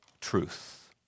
truth